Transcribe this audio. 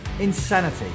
Insanity